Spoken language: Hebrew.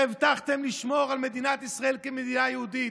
שהבטחתם לשמור על מדינת ישראל כמדינה יהודית,